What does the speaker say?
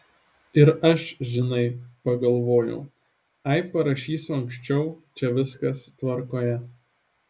ir aš žinai pagalvojau ai parašysiu anksčiau čia viskas tvarkoje